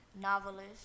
Novelist